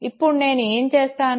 ఇప్పుడు నేను ఏం చేస్తాను